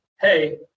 hey